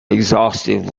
exhaustive